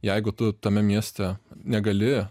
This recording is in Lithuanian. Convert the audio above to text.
jeigu tu tame mieste negali